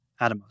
Atomos